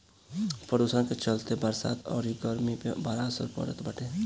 प्रदुषण के चलते बरसात अउरी गरमी पे बड़ा असर पड़ल बाटे